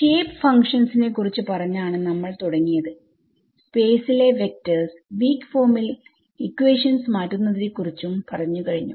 shape functions നെ കുറിച്ച് പറഞാണ് നമ്മൾ തുടങ്ങിയത് സ്പേസ് ലെ വെക്ടർസ് വീക് ഫോമിൽ ഇക്വേഷൻസ് മാറ്റുന്നതിനെ കുറിച്ചും പറഞ്ഞു കഴിഞ്ഞു